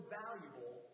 valuable